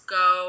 go